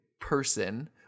person